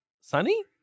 Sunny